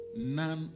none